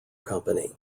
company